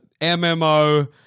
MMO